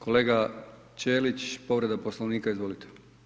Kolega Ćelić, povreda Poslovnika, izvolite.